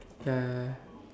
ya